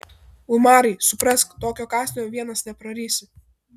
umarai suprask tokio kąsnio vienas neprarysi